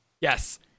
Yes